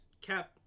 Cap